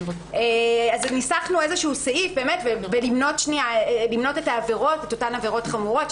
אז ניסחנו סעיף שמונה את אותן עבירות חמורות,